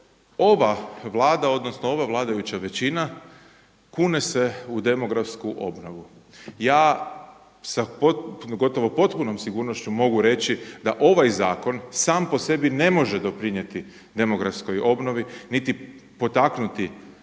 ova Vlada odnosno ova vladajuća većina kune se u demografsku obnovu. Ja sa gotovo potpunom sigurnošću mogu reći da ovaj zakon sam po sebi ne može doprinijeti demografskoj obnovi niti potaknuti